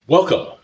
Welcome